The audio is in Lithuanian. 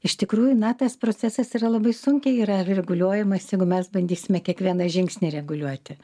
iš tikrųjų na tas procesas yra labai sunkiai yra reguliuojamas jeigu mes bandysime kiekvieną žingsnį reguliuoti